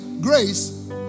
Grace